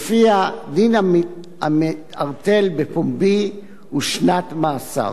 שלפיה דין המתערטל בפומבי הוא שנת מאסר.